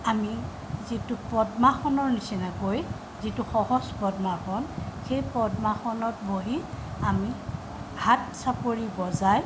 আমি যিটো পদ্মাসনৰ নিচিনাকৈ যিটো সহজ পদ্মাসন সেই পদ্মাসনত বহি আমি হাত চাপৰি বজাই